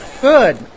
Good